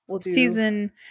Season